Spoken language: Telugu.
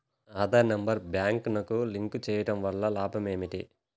ఆధార్ నెంబర్ బ్యాంక్నకు లింక్ చేయుటవల్ల లాభం ఏమిటి?